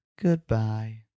Goodbye